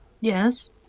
Yes